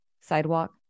sidewalk